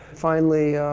finally,